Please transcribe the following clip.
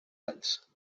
alls